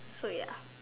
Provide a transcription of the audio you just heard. so ya